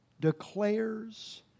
declares